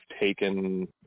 taken